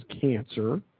cancer